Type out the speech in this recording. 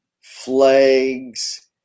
flags